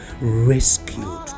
rescued